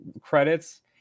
credits